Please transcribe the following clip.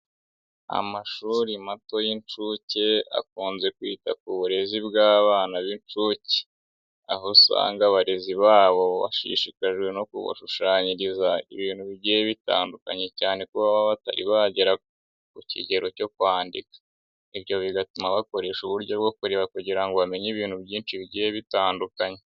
Amashuri mato y'incuke akunze kwita ku burezi bw'abana b'incuke, aho usanga abarezi babo bashishikajwe no kubashushanyiriza ibintu bigiye bitandukanye, cyane kuba bagera ku kigero cyo kwandika. Ibyo bigatuma bakoresha uburyo bwo kureba, kugira ngo bamenye ibintu byinshi bigiye bitandukanye.